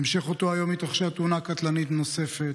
בהמשך אותו היום התרחשה תאונה קטלנית נוספת,